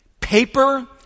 Paper